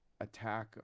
attack